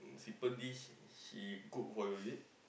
simple dish she cook for you is it